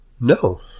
No